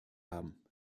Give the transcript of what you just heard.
haben